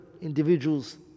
individuals